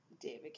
David